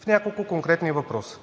в няколко конкретни въпроса.